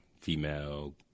female